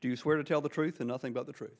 you swear to tell the truth and nothing but the truth